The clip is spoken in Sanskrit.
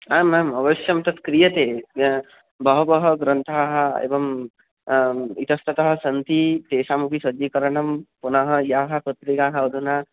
आम् आम् अवश्यं तत् क्रियते बहवः ग्रन्थाः एवम् इतस्ततः सन्ति तेषामपि सज्जीकरणं पुनः याः पत्रिकाः अधुना